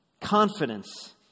Confidence